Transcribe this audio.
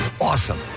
awesome